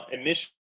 emission